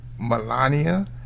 Melania